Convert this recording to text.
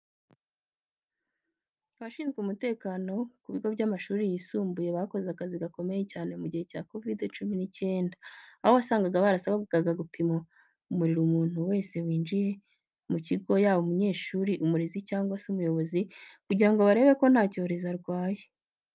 Abashinzwe umutekano ku bigo by'amashuri yisumbuye bakoze akazi gakomeye cyane mu gihe cya kovid cumi n'icyenda, aho wasangaga barasabwaga gupima umuriro umuntu wese winjiye mu kigo yaba umunyeshuri, umurezi cyangwa se umuyobozi kugira ngo barebe ko nta cyorezo arwaye.